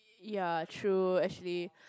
ya true actually